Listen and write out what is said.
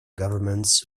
governments